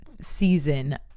season